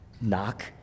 Knock